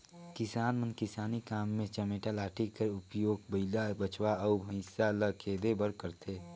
किसान मन किसानी काम मे चमेटा लाठी कर उपियोग बइला, बछवा अउ भइसा ल खेदे बर करथे